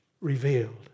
revealed